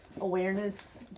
awareness